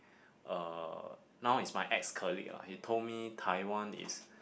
uh now is my ex colleague ah he told me Taiwan is